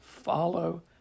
follow